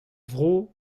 vro